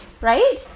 right